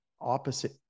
opposite